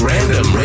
Random